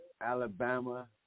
Alabama